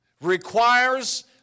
requires